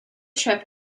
trip